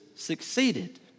succeeded